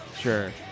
Sure